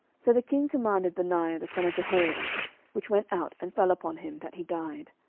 so the king commanded benaiah the son of jehoiada which went out, and fell upon him, that he died.